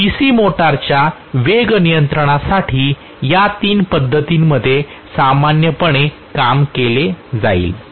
तर DC मोटर्सच्या वेग नियंत्रणासाठी या तीन पद्धतींमध्ये सामान्यपणे काम केले जाईल